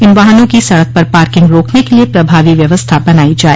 इन वाहनों की सड़क पर पार्किंग रोकने के लिए प्रभावी व्यवस्था बनायी जाय